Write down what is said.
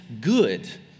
good